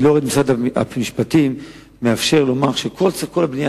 אני לא רואה את משרד המשפטים מאפשר לומר שכל הבנייה